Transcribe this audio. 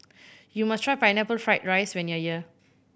you must try Pineapple Fried rice when you are here